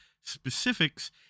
specifics